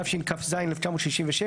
התשכ"ז-1967,